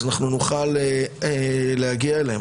אנחנו נוכל להגיע אליהם.